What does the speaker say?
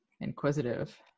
inquisitive